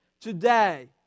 today